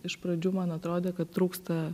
iš pradžių man atrodė kad trūksta